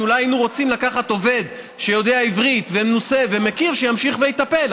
כי אולי היינו רוצים לקחת עובד שיודע עברית ומנוסה ומכיר שימשיך ויטפל,